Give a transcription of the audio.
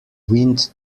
wind